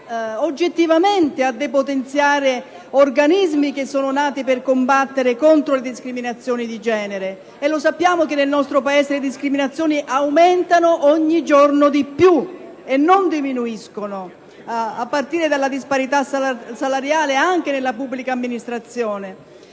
oggettivamente a depotenziare organismi che sono nati per combattere le discriminazioni di genere. Sappiamo che nel nostro Paese le discriminazioni aumentano ogni giorno di più, non diminuiscono, a partire dalla disparità salariale anche nella pubblica amministrazione.